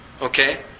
Okay